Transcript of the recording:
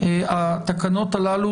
התקנות הללו,